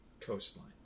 Coastline